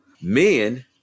Men